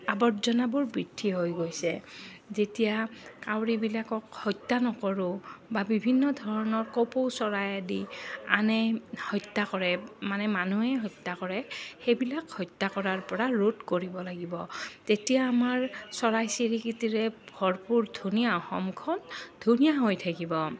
আৱৰ্জনাবোৰ বৃদ্ধি হৈ গৈছে যেতিয়া কাউৰীবিলাকক হত্যা নকৰোঁ বা বিভিন্ন ধৰণৰ কপৌ চৰাই আদি আনে হত্যা কৰে মানে মানুহে হত্যা কৰে সেইবিলাক হত্যা কৰাৰপৰা ৰোধ কৰিব লাগিব তেতিয়া আমাৰ চৰাই চিৰিকতিৰে ভৰপূৰ ধুনীয়া অসমখন ধুনীয়া হৈ থাকিব